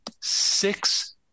six